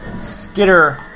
skitter